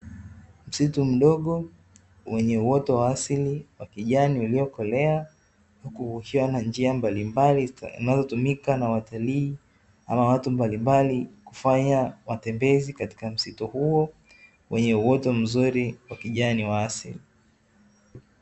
Msitu mdogo wenye uoto wa asili wa kijani uliokolea, huku kukiwa na njia mbalimbali zinazotumika na watalii ama watu mbalimbali, kufanya matembezi katika msitu huo wenye uoto mzuri wa kijani wa asili.